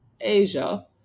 Asia